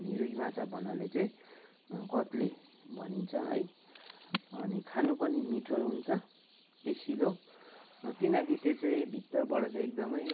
रुई माछा भन्नाले चाहिँ कत्ले भनिन्छ है अनि खानु पनि मिठो हुन्छ टेसिलो किनकि त्यो चाहिँ भित्रबाट चाहिँ एकदमै